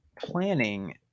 planning